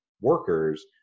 workers